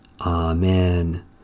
Amen